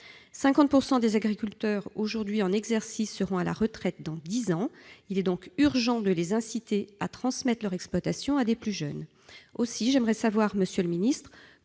50 % des agriculteurs aujourd'hui en exercice seront à la retraite dans dix ans, il est urgent de les inciter à transmettre leur exploitation à des plus jeunes. Aussi, j'aimerais savoir, monsieur le ministre,